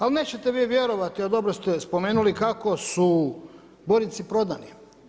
Ali nećete vi vjerovati, a dobro ste spomenuli kako su Borinci prodani.